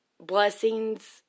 Blessings